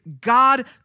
God